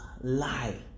lie